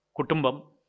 Kutumbam